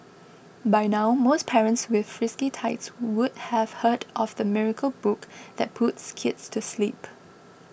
by now most parents with frisky tykes would have heard of the miracle book that puts kids to sleep